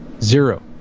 zero